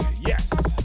Yes